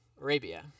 Arabia